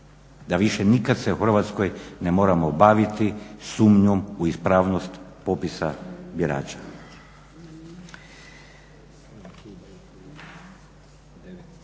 da više nikad se u Hrvatskoj ne moramo baviti sumnjom u ispravnost popisa birača.